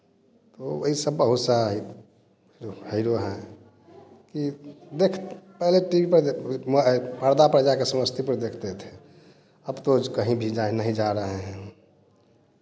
तो वही सब बहुत सा यह हैरो हैं कि देख पहले टी वी पर देख पर्दा पर जाकर समस्तीपुर देखते थे अब तो कहीं भी जाएँ नहीं जा रहे हैं